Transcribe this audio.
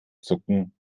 zucken